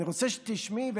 אני רוצה שתשמעי,